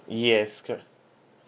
yes correct